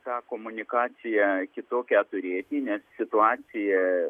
tą komunikaciją kitokią turėti nes situacija